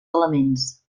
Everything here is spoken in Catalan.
elements